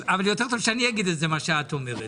אבל יותר טוב שאני אגיד את זה מאשר את אומרת.